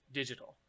digital